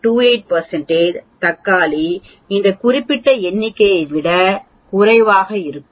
28 தக்காளி இந்த குறிப்பிட்ட எண்ணிக்கையை விட குறைவாக இருக்கும்